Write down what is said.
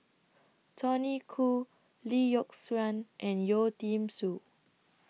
Tony Khoo Lee Yock Suan and Yeo Tiam Siew